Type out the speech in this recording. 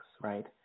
right